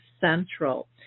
central